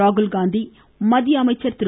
ராகுல் காந்தி மத்திய அமைச்சர் திரு